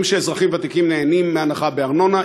שאזרחים ותיקים נהנים מהנחה בארנונה,